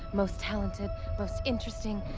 most talented, most interesting,